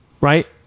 right